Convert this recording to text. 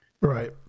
right